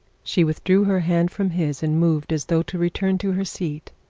she withdrew her hand from his, and moved as though to return to her seat.